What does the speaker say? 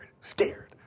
Scared